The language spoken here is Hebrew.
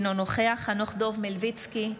אינו נוכח חנוך דב מלביצקי,